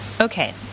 Okay